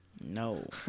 No